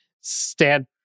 stand